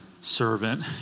servant